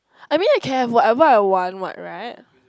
I mean I can have whatever I want what right